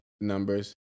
numbers